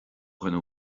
dhuine